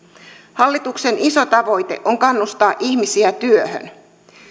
hallituksen iso tavoite on kannustaa ihmisiä työhön